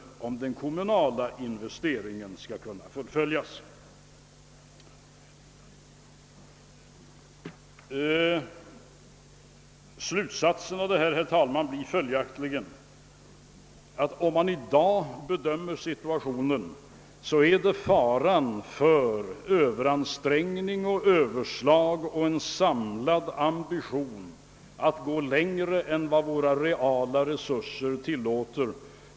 Slutsatsen blir följaktligen, herr talman, att dagens situation kan bedömas så, att det föreligger faror för överansträngning och överslag och en samlad ambition kan gå längre än vad våra reella resurser tillåter.